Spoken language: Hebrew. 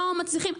לא מצליחים,